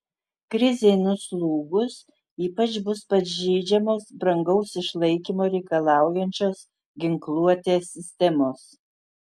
krizei nuslūgus ypač bus pažeidžiamos brangaus išlaikymo reikalaujančios ginkluotės sistemos